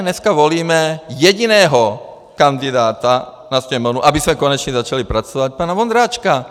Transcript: Dneska volíme jediného kandidáta na Sněmovnu, abychom konečně začali pracovat, pana Vondráčka.